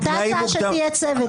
הייתה הצעה שתהיה צוות.